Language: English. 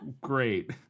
Great